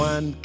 One